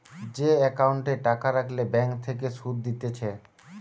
যে একাউন্টে টাকা রাখলে ব্যাঙ্ক থেকে সুধ দিতেছে